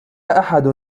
أحد